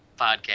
podcast